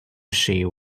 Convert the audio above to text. she